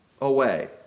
away